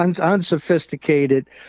unsophisticated